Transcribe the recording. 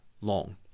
long